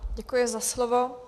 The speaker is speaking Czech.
Děkuji za slovo.